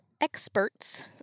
experts